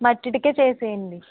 మట్టి ఇటుకే చేసేయండి